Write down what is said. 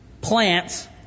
Plants